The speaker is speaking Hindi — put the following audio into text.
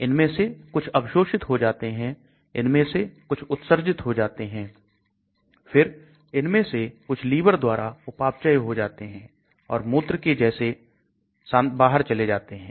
इनमें से कुछ अवशोषित हो जाते हैं इनमें से कुछ उत्सर्जित हो जाते हैं फिर इनमें से कुछ लीवर द्वारा उपापचय हो जाते हैं और मूत्र के जैसे बाहर चले जाते हैं